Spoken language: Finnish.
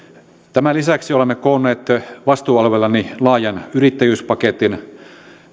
tämän lisäksi olemme koonneet vastuualueellani laajan yrittäjyyspaketin